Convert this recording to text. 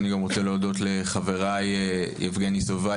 ואני גם רוצה להודות לחבריי יבגני סובה,